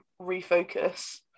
refocus